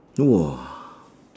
!wah!